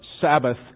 sabbath